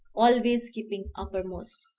always keeping uppermost.